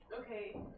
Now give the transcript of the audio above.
Okay